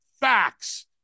facts